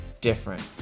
different